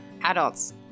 adults